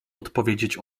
odpowiedzieć